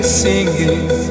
singing